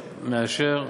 מאשר.